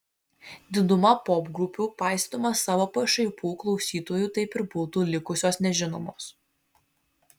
diduma popgrupių paisydamos savo pašaipių klausytojų taip ir būtų likusios nežinomos